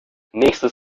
nächstes